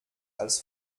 als